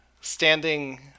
Standing